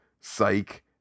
psych